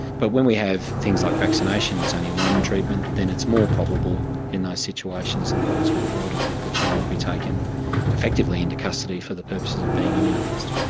but when we have things like vaccination, it's only one treatment, then it's more probable in those situations the courts will order that the child be taken effectively into custody for the purposes of being immunised.